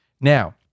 Now